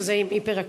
שזה עם היפר-אקטיביות.